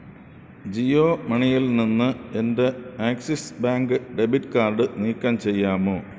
ജിയോ മണിയിൽ നിന്ന് എന്റെ ആക്സിസ് ബാങ്ക് ഡെബിറ്റ് കാർഡ് നീക്കം ചെയ്യാമോ